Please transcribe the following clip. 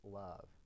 love